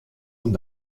und